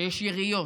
שיש יריות,